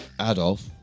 Adolf